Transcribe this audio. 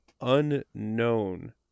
unknown